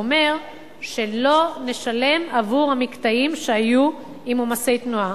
שאומר שלא נשלם עבור הקטעים שהיו עם עומסי תנועה.